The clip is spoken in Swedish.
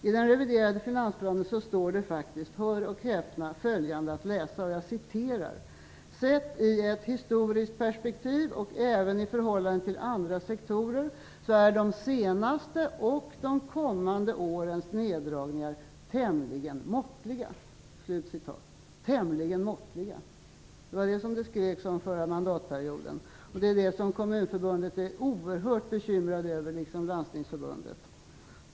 I den reviderade finansplanen står det faktiskt - hör och häpna - följande att läsa: "Sett i ett historiskt perspektiv, och även i förhållande till andra sektorer, är de senaste och de kommande årens neddragningar tämligen måttliga." "Tämligen måttliga"! Det var det som det skreks om förra mandatperioden. Det är det som man på Kommunförbundet är oerhört bekymrad över, liksom på Landstingsförbundet.